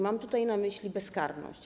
Mam tutaj na myśli bezkarność.